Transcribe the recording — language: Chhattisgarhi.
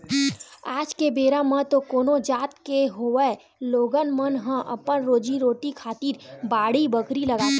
आज के बेरा म तो कोनो जात के होवय लोगन मन ह अपन रोजी रोटी खातिर बाड़ी बखरी लगाथे